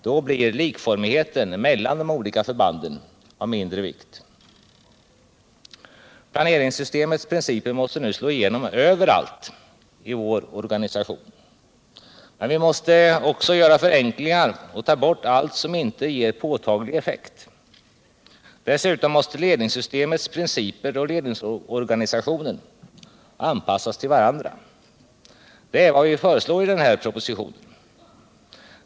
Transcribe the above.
Då blir likformigheten mellan de olika förbanden av mindre vikt. Planeringssystemets principer måste nu slå igenom överallt i vår organisation. Men vi måste också göra förenklingar och ta bort allt som inte ger påtaglig effekt. Dessutom måste ledningssystemets principer och ledningsorganisationen anpassas till varandra. Det är vad vi föreslår i den här propositionen.